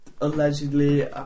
allegedly